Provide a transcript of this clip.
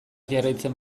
jarraitzen